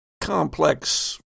complex